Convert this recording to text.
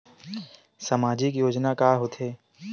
सामाजिक योजना का होथे?